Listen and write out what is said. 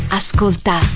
ascolta